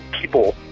people